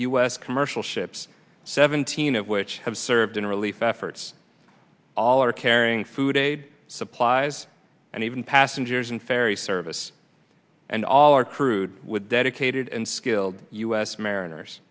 s commercial ships seventeen of which have served in relief efforts all are carrying food aid supplies and even passengers and ferry service and all our crude with dedicated and skilled u s mariners